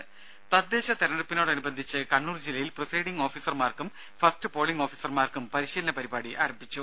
ദേദ തദ്ദേശ തിരഞ്ഞെടുപ്പിനോടനുബന്ധിച്ച് കണ്ണൂർ ജില്ലയിൽ പ്രിസൈഡിംഗ് ഓഫീസർമാർക്കും ഫസ്റ്റ് പോളിംഗ് ഓഫീസർമാർക്കും പരിശീലന പരിപാടി ആരംഭിച്ചു